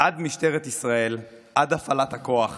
עד משטרת ישראל, עד הפעלת הכוח.